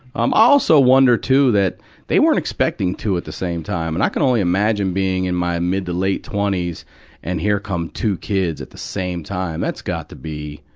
um also wonder too that they weren't expecting two at the same time. and i can only imagine being in my mid to late twenties and here come two kids at the same time. that's got to be,